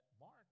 Mark